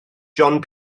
john